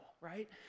right